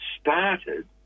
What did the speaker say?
started